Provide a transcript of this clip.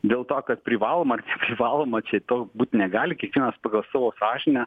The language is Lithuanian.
dėl to kad privaloma neprivaloma čia to būt negali kiekvienas pagal savo sąžinę